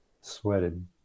sweated